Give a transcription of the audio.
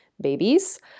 babies